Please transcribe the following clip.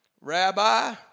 Rabbi